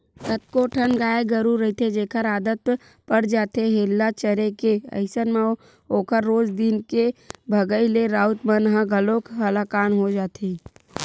कतको ठन गाय गरु रहिथे जेखर आदत पर जाथे हेल्ला चरे के अइसन म ओखर रोज दिन के भगई ले राउत मन ह घलोक हलाकान हो जाथे